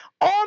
on